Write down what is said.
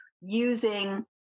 using